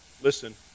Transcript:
listen